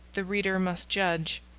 the reader must judge.